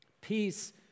peace